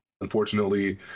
unfortunately